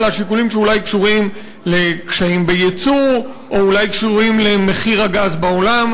אלא שיקולים שאולי קשורים לקשיים בייצוא או אולי למחיר הגז בעולם.